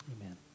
Amen